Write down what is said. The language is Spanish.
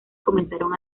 comenzaron